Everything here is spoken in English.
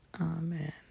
Amen